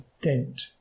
dent